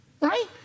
right